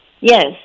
Yes